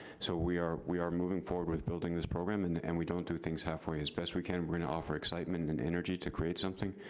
so we are we are moving forward with building this program, and and we don't do things halfway. as best we can can, we're gonna offer excitement and energy to create something.